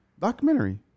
Documentary